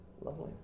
lovely